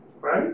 right